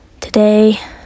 today